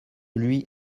lui